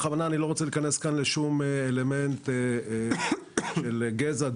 בכוונה אני לא רוצה להיכנס כאן לשום אלמנט של גזע,